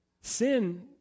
Sin